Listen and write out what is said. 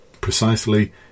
precisely